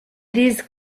these